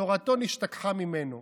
תורתו נשתכחה ממנו,